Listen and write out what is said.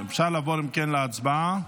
מוותר, נעבור --- אפשר אם כן לעבור להצבעה.